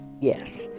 Yes